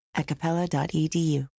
acapella.edu